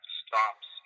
stops